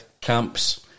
camps